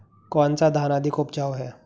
कौन सा धान अधिक उपजाऊ है?